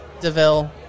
DeVille